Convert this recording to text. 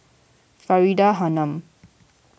Faridah Hanum